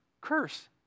curse